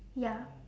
ya